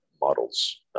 models